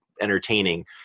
entertaining